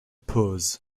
pours